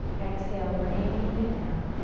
exhale, rain it down.